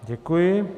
Děkuji.